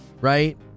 Right